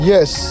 Yes